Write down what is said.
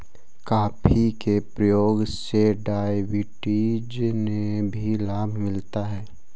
coffee के प्रयोग से डायबिटीज में भी लाभ मिलता है